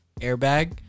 airbag